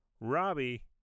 Robbie